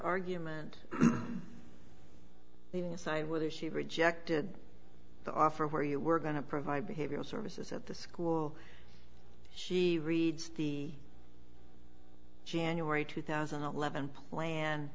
argument leaving aside whether she rejected the offer where you were going to provide behavioral services at the school she reads the january two thousand and eleven plan